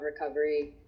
recovery